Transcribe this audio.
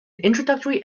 introductory